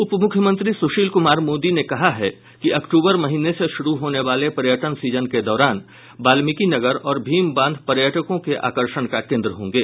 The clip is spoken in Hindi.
उप मुख्यमंत्री सुशील कुमार मोदी ने कहा है कि अक्टूबर महीने से शुरू होने वाले पर्यटन सीजन के दौरान वाल्मीकिनगर और भीमबांध पर्यटकों के आकर्षण का केन्द्र होंगे